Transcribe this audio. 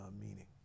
meaning